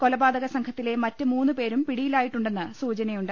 കൊല പാ ത ക സം ഘ ്തിലെ മറ്റ് മൂന്ന് പേരും പിടിയിലായിട്ടുണ്ടെന്ന് സൂചനയുണ്ട്